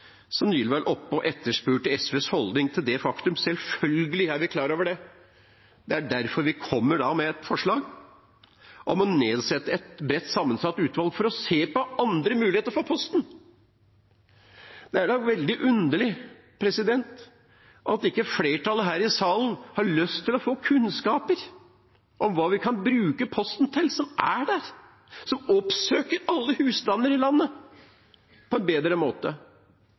nylig var oppe på talerstolen og etterspurte SVs holdning til det faktumet. Selvfølgelig er vi klar over det. Det er derfor vi kommer med et forslag om å nedsette et bredt sammensatt utvalgt for å se på andre muligheter for Posten. Det er da veldig underlig at ikke flertallet her i salen har lyst til å få kunnskaper om hvordan vi kan bruke Posten – som er der, og som oppsøker alle husstander i landet – på en bedre måte.